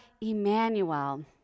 Emmanuel